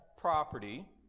property